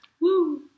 Woo